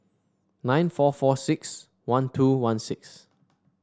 nine four four six one two one six